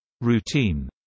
Routine